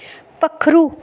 पक्खरू